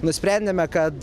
nusprendėme kad